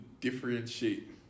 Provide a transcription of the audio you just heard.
differentiate